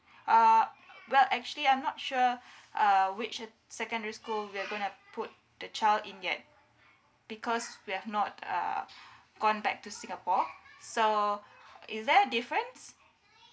uh well actually I'm not sure uh which secondary school we're gonna put the child in yet because we have not uh gone back to singapore so is there a difference